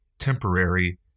temporary